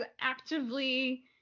actively